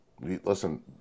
Listen